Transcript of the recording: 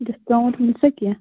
discount میلہِ سا کیٚنٛہہ